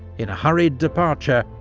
in a hurried departure,